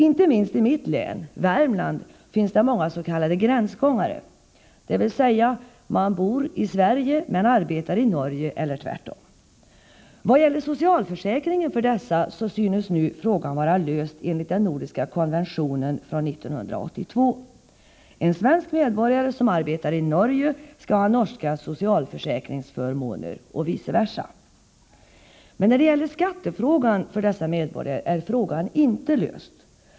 Inte minst i mitt län, Värmlands län, finns det många s.k. gränsgångare, dvs. personer som bor i Sverige men arbetar i Norge eller tvärtom. Vad gäller socialförsäkringen för dessa synes nu frågan vara löst genom den nordiska konventionen från 1982: en svensk medborgare som arbetar i Norge skall ha norska socialförsäkringsförmåner och vice versa. Men skattefrågan för dessa medborgare är inte löst.